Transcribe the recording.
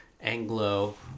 anglo